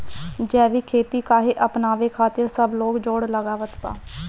जैविक खेती काहे अपनावे खातिर सब लोग जोड़ लगावत बा?